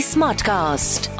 Smartcast